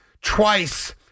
twice